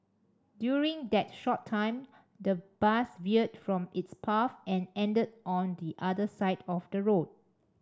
during that short time the bus veered from its path and ended on the other side of the road